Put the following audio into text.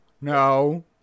No